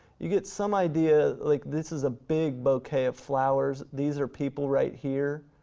you get some idea, like this is a big bouquet of flowers. these are people right here.